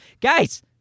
Guys